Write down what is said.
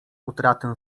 utratę